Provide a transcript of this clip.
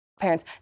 Parents